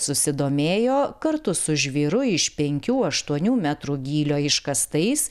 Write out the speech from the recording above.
susidomėjo kartu su žvyru iš penkių aštuonių metrų gylio iškastais